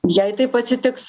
jei taip atsitiks